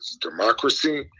democracy